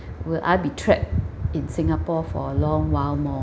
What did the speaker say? will I be trapped in singapore for a long while more